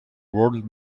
world